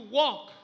walk